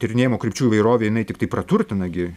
tyrinėjimo krypčių įvairovė jinai tiktai praturtina gi